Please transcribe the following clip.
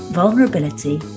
vulnerability